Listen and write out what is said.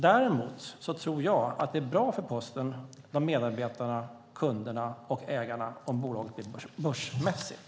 Däremot tror jag att det är bra för Posten, medarbetarna, kunderna och ägarna om bolaget blir börsmässigt.